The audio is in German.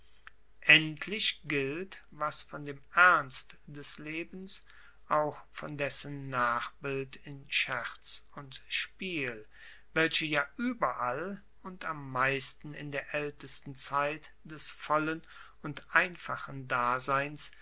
endlich gilt was von dem ernst des lebens auch von dessen nachbild in scherz und spiel welche ja ueberall und am meisten in der aeltesten zeit des vollen und einfachen daseins